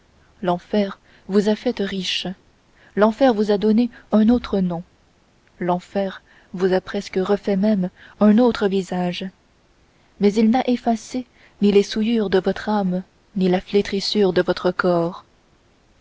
l'enfer vous a faite riche l'enfer vous a donné un autre nom l'enfer vous a presque refait même un autre visage mais il n'a effacé ni les souillures de votre âme ni la flétrissure de votre corps